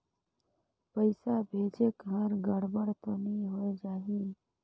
पइसा भेजेक हर गड़बड़ तो नि होए जाही?